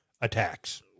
attacks